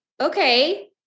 okay